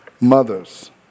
mothers